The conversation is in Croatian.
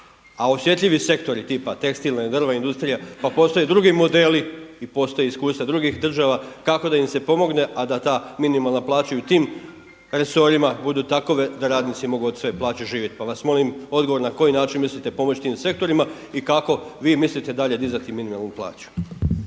A osjetljivi sektori tipa tekstilna i drvna industrija, pa postoje drugi modeli i postoje iskustva drugih država kako da im se pomogne, a da ta minimalna plaća i u tim resorima budu takove da radnici mogu od svoje plaće živjeti. Pa vas molim odgovor na koji način mislite pomoći tim sektorima i kako vi mislite dalje dizati minimalnu plaću?